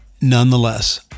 Nonetheless